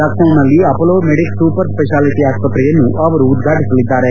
ಲಕ್ನೋನಲ್ಲಿ Apollo Medics super speciality ಆಸ್ಪತ್ರೆಯನ್ನು ಅವರು ಉದ್ವಾಟಿಸಲಿದ್ದಾರೆ